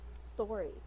story